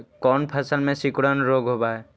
कोन फ़सल में सिकुड़न रोग होब है?